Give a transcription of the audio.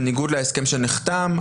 בניגוד להסכם שנחתם,